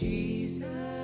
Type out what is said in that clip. Jesus